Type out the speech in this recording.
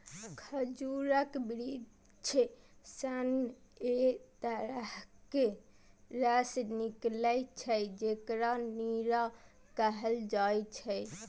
खजूरक वृक्ष सं एक तरहक रस निकलै छै, जेकरा नीरा कहल जाइ छै